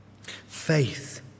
Faith